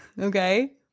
okay